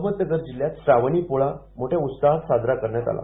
अहमदनगर जिल्ह्यात श्रावणी पोळा मोठ्या उत्साहात साजरा करण्यात आला